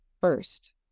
first